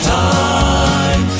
time